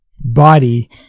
body